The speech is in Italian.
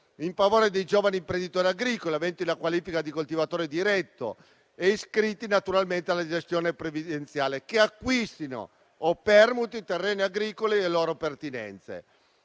in favore dei giovani imprenditori agricoli aventi la qualifica di coltivatore diretto e iscritti, naturalmente, alla gestione previdenziale, che acquistino o permutino terreni agricoli e loro pertinenze.